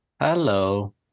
Hello